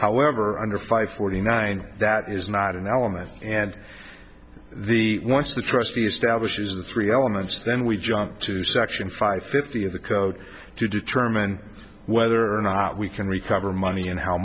however under five forty nine that is not an element and the once the trustee establishes the three elements then we jump to section five fifty of the code to determine whether or not we can recover money and how